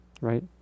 right